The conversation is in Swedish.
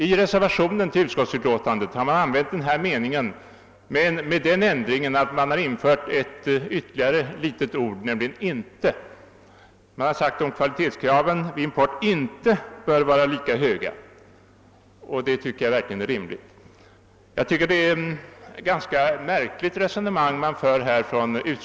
I reservationen till utskottsutlåtandet har man använt denna mening men med den ändringen att man infört ytterligare ett ord, nämligen »inte». Man har ifrågasatt huruvida kvalitetskraven vid import inte bör vara lika höga, och det anser jag vara rimligt. Utskottsmajoriteten för här ett ganska märkligt resonemang.